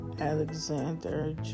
Alexander